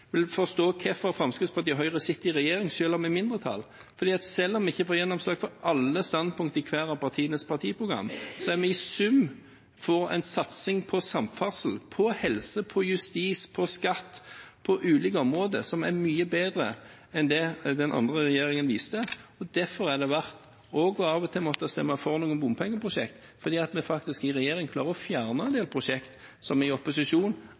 vil forstå hvorfor Fremskrittspartiet og Høyre sitter i regjering selv om vi er i mindretall. For selv om vi ikke får gjennomslag for alle standpunkt i hvert av partienes partiprogram, så har vi i sum en satsing på samferdsel, på helse, på justis, på skatt, på ulike områder, som er mye bedre enn det den andre regjeringen viste. Derfor er det verdt også av og til å stemme for noen bompengeprosjekt, for i regjering klarer vi faktisk å fjerne en del prosjekt som vi i opposisjon